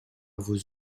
vos